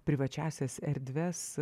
privačiąsias erdves